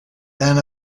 than